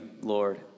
Lord